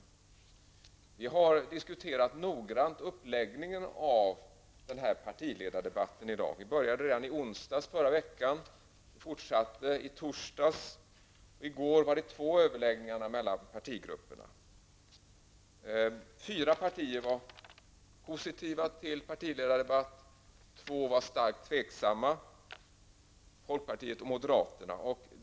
Vi har diskuterat noggrant uppläggningen av den här partiledardebatten i dag. Vi började i onsdags i förra veckan och fortsatte i torsdags. I går var det två överläggningar mellan partigrupperna. Fyra partier var positiva till en partiledardebatt, två var starkt tveksamma, nämligen folkpartiet och moderaterna.